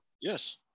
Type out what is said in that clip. Yes